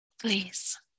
please